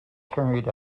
carried